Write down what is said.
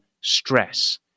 stress